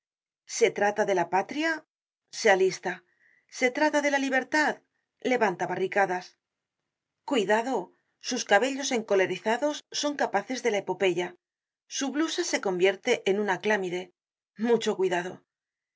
se trata de la patria se alista se trata de la libertad levanta barricadas cuidado sus cabellos encolerizados son capaces de la epopeya su blusa se convierte en una clámide mucho cuidado de